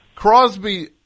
Crosby